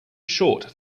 short